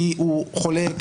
כי הוא חולה,